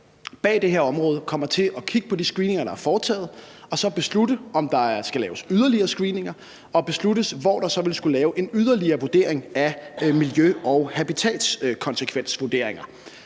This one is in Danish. bag det her, kommer til at kigge på de screeninger, der er foretaget, og så beslutte, om der skal laves yderligere screeninger, og beslutte, hvor der så skal laves en yderligere vurdering af miljø- og habitatskonsekvenser.